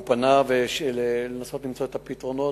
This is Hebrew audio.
והוא פנה כדי לנסות למצוא פתרונות.